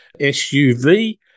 SUV